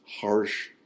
harsh